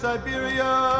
Siberia